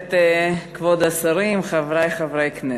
כבוד השרים, חברי חברי הכנסת,